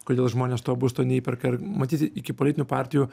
kodėl žmonės to būsto neįperka ir matyt iki politinių partijų